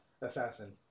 assassin